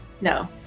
No